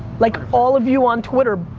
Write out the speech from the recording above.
like all of you on twitter,